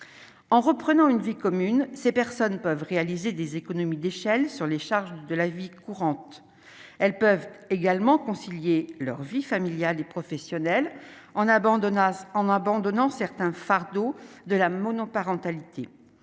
en reprenant une vie commune, ces personnes peuvent réaliser des économies d'échelle sur les charges de la vie courante, elles peuvent également concilier leur vie familiale et professionnelle en abandonna en abandonnant certains fardeaux de la monoparentalité